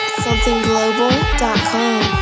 somethingglobal.com